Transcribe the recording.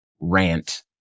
rant